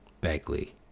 Bagley